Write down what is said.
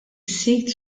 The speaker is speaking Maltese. sit